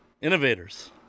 Innovators